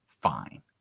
fine